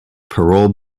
parole